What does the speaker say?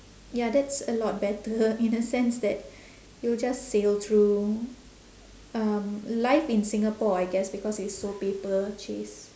ya that's a lot better in a sense that you'll just sail through um life in singapore I guess because it's so paper chase